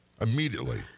Immediately